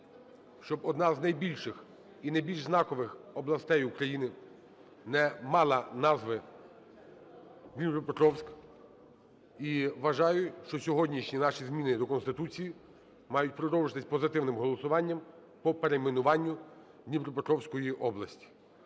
щоб одна з найбільших і найбільш знакових областей України не мала назви Дніпропетровська, і вважаю, що сьогоднішні наші зміни до Конституції мають продовжитись позитивним голосуванням по перейменуванню Дніпропетровської області.